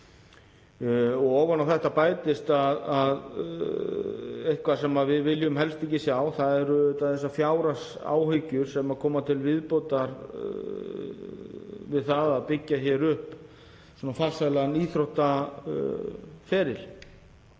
Ofan á þetta bætist eitthvað sem við viljum helst ekki sjá en það eru þessar fjárhagsáhyggjur sem koma til viðbótar við það að byggja upp farsælan íþróttaferil